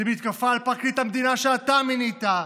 למתקפה על פרקליט המדינה, שאתה מינית,